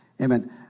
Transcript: Amen